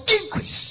increase